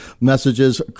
messages